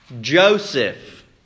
Joseph